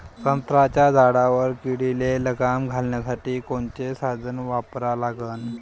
संत्र्याच्या झाडावर किडीले लगाम घालासाठी कोनचे साधनं वापरा लागन?